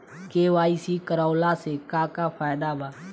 KYC करवला से का का फायदा बा?